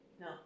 No